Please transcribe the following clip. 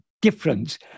difference